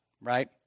Right